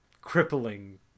crippling